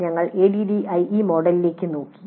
ഞങ്ങൾ ADDIE മോഡലിലേക്ക് നോക്കി